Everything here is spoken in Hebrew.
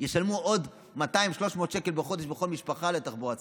הם ישלמו עוד 200 300 שקל בחודש בכל משפחה לתחבורה ציבורית.